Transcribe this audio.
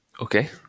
Okay